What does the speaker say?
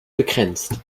begrenzt